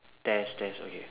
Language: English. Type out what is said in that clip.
test test okay